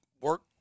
work